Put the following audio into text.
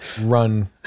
run